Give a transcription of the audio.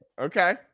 Okay